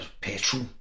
petrol